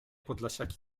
podlasiaki